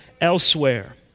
elsewhere